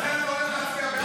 לכן אתה הולך להצביע בעד?